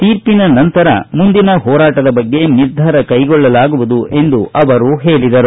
ತೀರ್ಪಿನ ನಂತರ ಮುಂದಿನ ಹೋರಾಟದ ಬಗ್ಗೆ ನಿರ್ಧಾರ ಕೈಗೊಳ್ಳಲಾಗುವುದು ಎಂದು ಅವರು ಹೇಳಿದರು